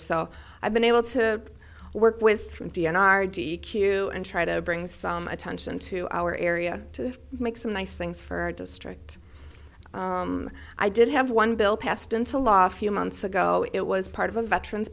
so i've been able to work with d n r d e q and try to bring some attention to our area to make some nice things for our district i did have one bill passed into law few months ago it was part of a veterans